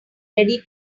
ready